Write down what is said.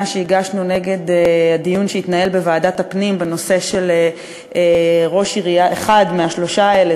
שהגשנו נגד הדיון שהתנהל בוועדת הפנים בנושא של אחד מהשלושה האלה,